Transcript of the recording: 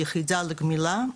ליחידה לגמילה,